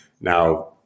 now